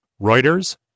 Reuters